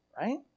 right